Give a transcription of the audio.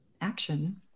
action